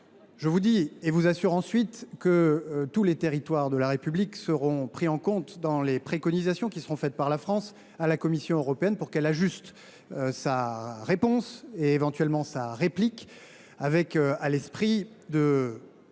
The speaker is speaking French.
Ensuite, je vous assure que tous les territoires de la République seront pris en compte dans les préconisations qui seront faites par la France à la Commission européenne, pour que celle ci ajuste sa réponse et, éventuellement, sa réplique, avec, à l’esprit,